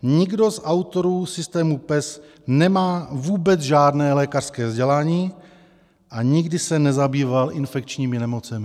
Nikdo z autorů systému PES nemá vůbec žádné lékařské vzdělání a nikdy se nezabýval infekčními nemocemi.